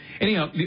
Anyhow